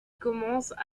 commencent